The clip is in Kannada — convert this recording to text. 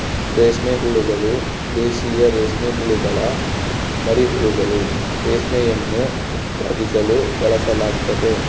ರೇಷ್ಮೆ ಹುಳುಗಳು, ದೇಶೀಯ ರೇಷ್ಮೆಹುಳುಗುಳ ಮರಿಹುಳುಗಳು, ರೇಷ್ಮೆಯನ್ನು ಉತ್ಪಾದಿಸಲು ಬಳಸಲಾಗ್ತತೆ